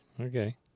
okay